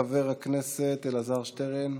חבר הכנסת אלעזר שטרן,